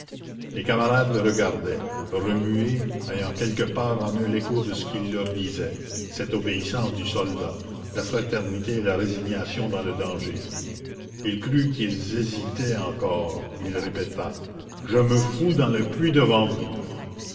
les camarades le regardaient remués ayant quelque part en eux l'écho de ce qu'il leur disait cette obéissance du soldat la fraternité et la résignation dans le danger il crut qu'ils hésitaient encore il répéta je me fous dans le puits devant vous